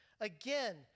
Again